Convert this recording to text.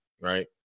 Right